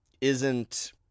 isn't-